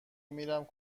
میرم